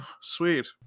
Sweet